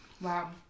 Wow